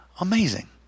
amazing